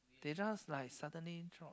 they just like suddenly thought